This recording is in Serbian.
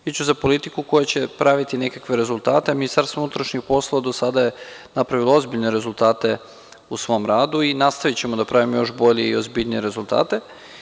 Biću za politiku koja će praviti nekakve rezultate, a MUP je do sada napravilo ozbiljne rezultate u svom radu i nastavićemo da pravimo još bolje i ozbiljnije rezultate.